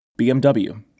BMW